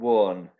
one